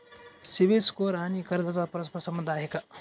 CIBIL score आणि कर्जाचा परस्पर संबंध आहे का?